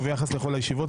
וביחס לכל הישיבות,